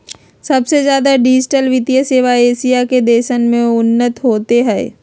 सबसे ज्यादा डिजिटल वित्तीय सेवा एशिया के देशवन में उन्नत होते हई